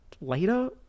later